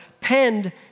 penned